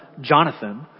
Jonathan